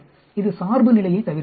இது சார்புநிலையைத் தவிர்க்கிறது